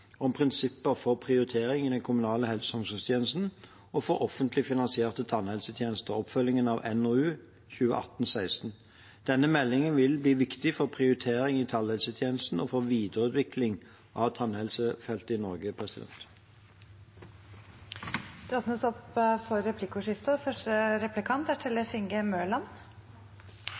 om prinsipper for prioritering i den kommunale helse- og omsorgstjenesten og for offentlig finansierte tannhelsetjenester, oppfølgingen av NOU 2018: 16. Denne meldingen vil bli viktig for prioriteringer i tannhelsetjenesten og for videreutviklingen av tannhelsefeltet i Norge.